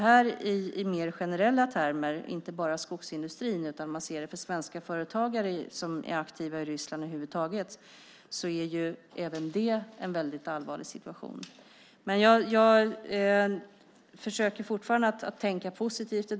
I mer generella termer, inte bara för skogsindustrin utan för svenska företagare som över huvud taget är aktiva i Ryssland, är även det en allvarlig situation. Jag försöker fortfarande att tänka positivt.